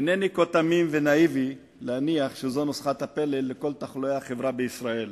אינני כה תמים ונאיבי להניח שזו נוסחת הפלא לכל תחלואי החברה בישראל,